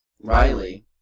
Riley